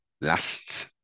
last